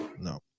no